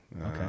Okay